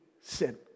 sin